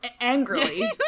angrily